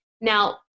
Now